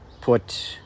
put